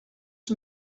els